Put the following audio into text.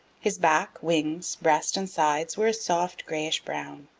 his back, wings, breast and sides were a soft grayish-brown.